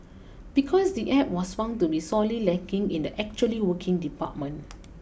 because the App was found to be sorely lacking in the actually working department